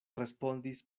respondis